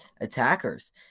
attackers